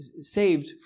saved